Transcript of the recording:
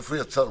איפה יצרנו?